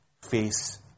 face